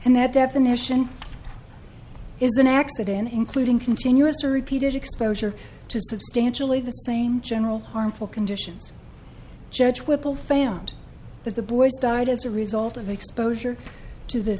and that definition is an accident including continuous or repeated exposure to substantially the same general harmful conditions judge whipple found that the boy started as a result of exposure to the